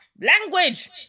Language